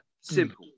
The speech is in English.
Simple